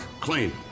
clean